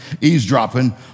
eavesdropping